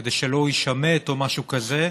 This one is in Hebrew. כדי שלא יישמט או משהו כזה.